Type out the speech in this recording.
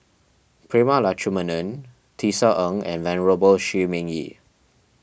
Prema Letchumanan Tisa Ng and Venerable Shi Ming Yi